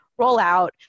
rollout